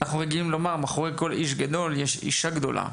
אנחנו רגילים לומר "מאחורי כל איש גדול יש אישה גדולה".